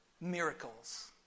miracles